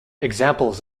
examples